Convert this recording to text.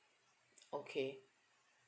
okay